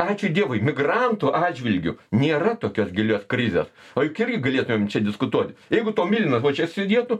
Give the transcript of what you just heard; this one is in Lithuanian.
ačiū dievui migrantų atžvilgiu nėra tokios gilios krizės o juk irgi galėtumėm čia diskutuoti jeigu tomilinas va čia sėdėtų